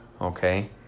okay